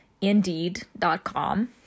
Indeed.com